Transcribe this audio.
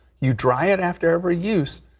you dry it after every use,